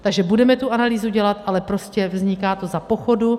Takže budeme tu analýzu dělat, ale prostě vzniká to za pochodu.